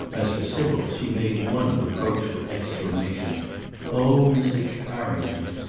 as for sybil, she made one reproachful exclamation oh, mr. carrington!